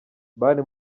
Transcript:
bari